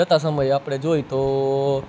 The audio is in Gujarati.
જતાં સમયે આપણે જોઈએ તો